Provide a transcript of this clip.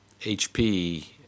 HP